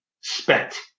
spent